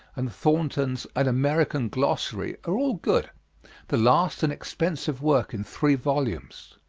and thornton's an american glossary, are all good the last, an expensive work in three volumes.